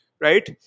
right